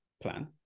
plan